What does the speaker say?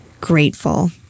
grateful